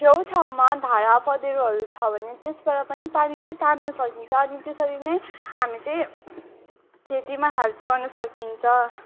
छेउछाउमा धारा पधेँरोहरू छ भने त्यसबाट पनि पानी चाहिँ तान्नु सकिन्छ अनि त्यसरी नै हामी चाहिँ खेतीमा हेल्प गर्नु सकिन्छ